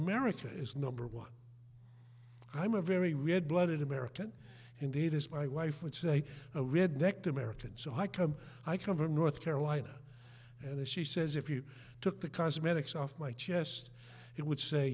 america is number one i'm a very red blooded american indeed as my wife would say a red necked american so i come i come from north carolina and she says if you took the cosmetics off my chest it would say